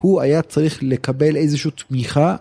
הוא היה צריך לקבל איזושהי תמיכה.